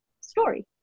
story